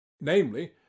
namely